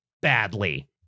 badly